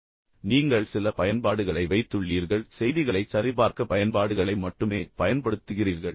எனவே நீங்கள் சில பயன்பாடுகளை வைத்துள்ளீர்கள் பின்னர் தொலைக்காட்சியில் செய்திகளைச் சரிபார்க்க பயன்பாடுகளை மட்டுமே பயன்படுத்துகிறீர்கள்